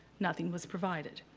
nothing was provided.